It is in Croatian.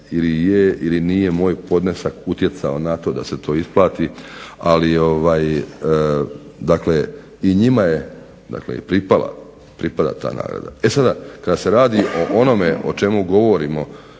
ili nije moj podnesak utjecao na to da se to isplati, ali dakle i njima pripada ta nagrada. E sada, kada se radi o onome o čemu govorimo